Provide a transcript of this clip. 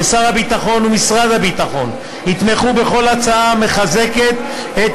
ושר הביטחון ומשרד הביטחון יתמכו בכל הצעה המחזקת את